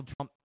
Trump